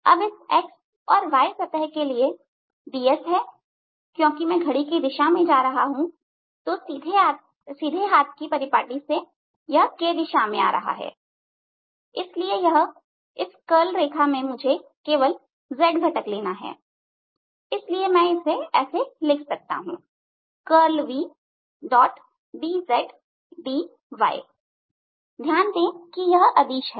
अब इस x और y सतह के लिए ds है क्योंकि मैं घड़ी के दिशा में जा रहा हूं सीधे हाथ की परिपाटी से यह k दिशा में आ रहा है इसलिए इस कर्ल रेखा में मुझे केवल z घटक लेना है इसलिए मैं इसे ऐसे लिख सकता हूं करल vzdz dy ध्यान दें कि यह अदिश है